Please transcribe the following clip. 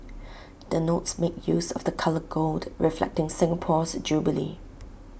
the notes make use of the colour gold reflecting Singapore's jubilee